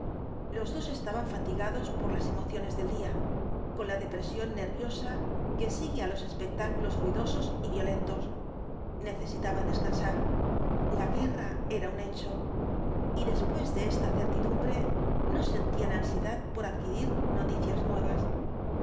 los ds estaban fatigados por las emociones del día con la depresión nerviosa que sigue á los espectáculos ruidosos y violentos necesitaban descansar la gnerra era un hecho y después de esta certidumbre no sentían ansiedad por adquirir noticias nuevas